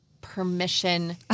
permission